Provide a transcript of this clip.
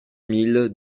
mille